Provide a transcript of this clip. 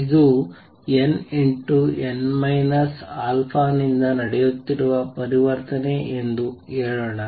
ಇದು n n α ನಿಂದ ನಡೆಯುತ್ತಿರುವ ಪರಿವರ್ತನೆ ಎಂದು ಹೇಳೋಣ